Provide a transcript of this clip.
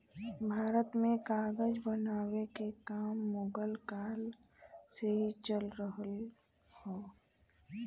भारत में कागज बनावे के काम मुगल काल से ही चल रहल हौ